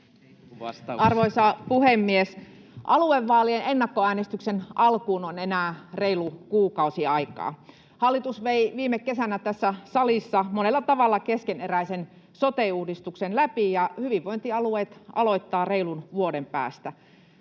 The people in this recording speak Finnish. Arvoisa puhemies! Aluevaalien ennakkoäänestyksen alkuun on enää reilu kuukausi aikaa. Hallitus vei viime kesänä tässä salissa läpi monella tavalla keskeneräisen sote-uudistuksen, ja hyvinvointialueet aloittavat reilun vuoden päästä.